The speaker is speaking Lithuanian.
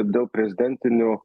dėl prezidentinių